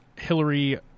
Hillary